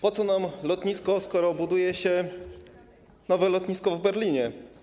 Po co nam lotnisko, skoro buduje się nowe lotnisko w Berlinie?